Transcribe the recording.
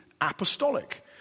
apostolic